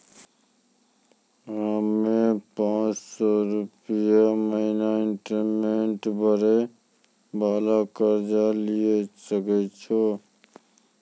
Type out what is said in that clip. हम्मय पांच सौ रुपिया महीना इंस्टॉलमेंट भरे वाला कर्जा लिये सकय छियै?